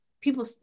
people